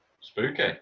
Spooky